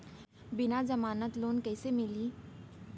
बिना जमानत लोन कइसे मिलही?